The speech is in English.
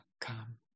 come